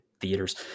theaters